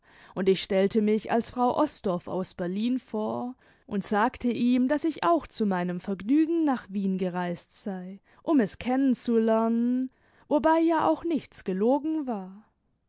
und ich stellte mich als frau osdorf aus berlin vor und sagte ihm daß ich auch zu meinem vergnügen nach wien gereist sei um es kennen zu lernen wobei ja auch nichts gelogen war